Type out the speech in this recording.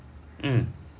mm